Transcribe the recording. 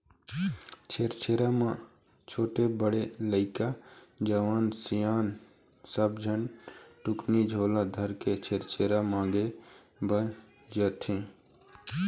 छेरछेरा म छोटे, बड़े लइका, जवान, सियान सब झन टुकनी झोला धरके छेरछेरा मांगे बर जाथें